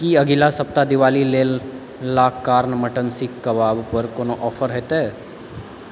की अगिला सप्ताह दिवाली लेल ला कार्न मटन सीक कबाबपर कोनो ऑफर हेतै